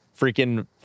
freaking